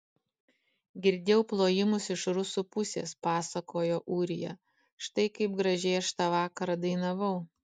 girdėjau plojimus iš rusų pusės pasakojo ūrija štai kaip gražiai aš tą vakarą dainavau